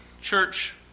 church